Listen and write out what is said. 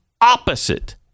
opposite